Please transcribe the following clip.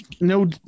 no